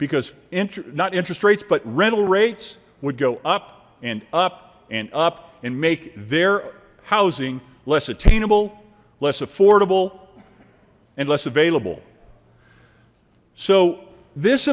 truth not interest rates but rental rates would go up and up and up and make their housing less attainable less affordable and less available so this